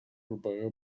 propaga